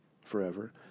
forever